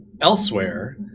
elsewhere